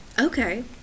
Okay